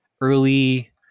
early